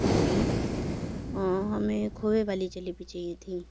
जी हमें खोए वाली जलेबी चाहिए थी